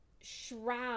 shroud